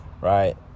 right